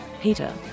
Peter